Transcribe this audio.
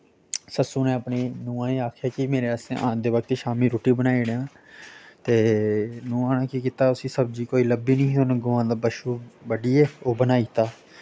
सस्सू नै अपनी नूंहां गी आखेआ कि मेरे आस्तै आंदे बक्खी रुट्टी बनाई ओड़ेआं ते नु'आं ने केह् कीता उस्सी सब्जी कोई लब्भी नेईं ही उन्न गौवा दा बच्छु ब'ड्डियै ओह् बनाई दित्ता